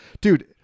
Dude